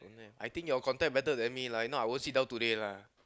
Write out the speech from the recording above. don't have I think your contact better than me lah if not I won't sit down today lah